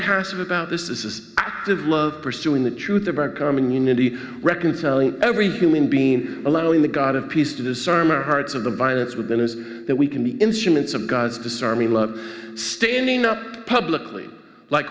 passive about this this is active love pursuing the truth of our common unity reckon every human being allowing the god of peace to disarm our hearts of the violence within us that we can be instruments of god's disarming love standing up publicly like